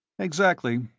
exactly.